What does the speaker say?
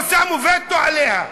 לא שמו וטו עליה.